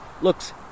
looks